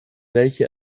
welche